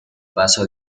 paso